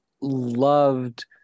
loved